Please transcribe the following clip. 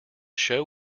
show